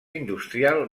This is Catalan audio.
industrial